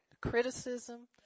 criticism